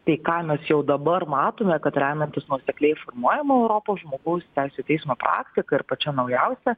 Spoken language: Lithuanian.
tai ką mes jau dabar matome kad remiantis nuosekliai formuojama europos žmogaus teisių teismo praktika ir pačia naujausia